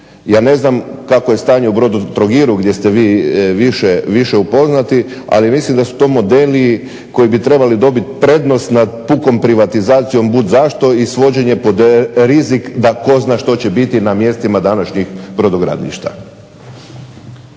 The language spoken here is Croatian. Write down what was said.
Ja ne znam kako je stanje u Brodotrogiru gdje ste vi više upoznati, ali mislim da tu to modeli koji bi trebali dobiti prednost nad pukom privatizacijom bud zašto svođenje pod rizik da tko zna što će biti na mjestima današnjih brodogradilišta.